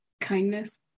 kindness